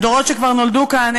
הדורות שכבר נולדו כאן,